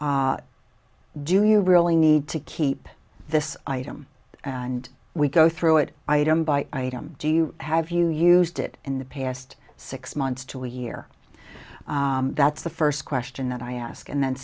do you really need to keep this item and we go through it item by item do you have you used it in the past six months to a year that's the first question that i ask and then